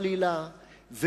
חלילה,